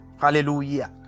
Hallelujah